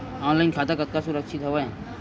Online खाता कतका सुरक्षित हवय?